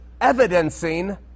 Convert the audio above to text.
evidencing